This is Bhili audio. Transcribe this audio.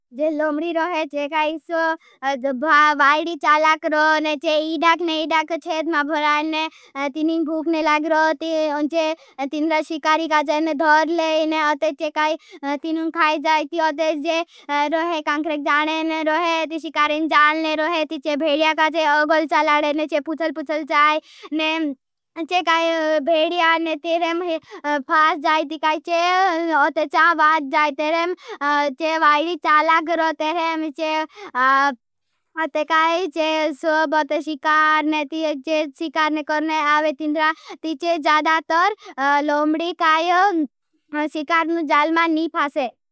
जे लोम्डी रोहे, जे काई सो वाईडी चाला करो। ने चे इडाक ने इडाक छेत मा भुरानने। तीनीं भूखने लागरो। ती अंचे तीनरा शिकारी काजे ने धरले। ने अतेचे काई सिनुंखाई जाई, ती आते जे रोहे। कांखरक्य जपने ने रोहे। ती शिकारीग घेंन सधे जपने लेगे। ति ऐकी घेध का डिटो बड़ने के रिक्र दिड़ द करो ती आते खैला चैसतर है। ती यचिकाट वेडियां का ती रातलह से खूरते वना पूतं हे। अते चा बाद जायते हैं। वाईडी चाला गरोते हैं। शिकारने करने आवे तिंद्रा तीछे जदा तर लोमडी शिकारने जाल मां नहीं फासे।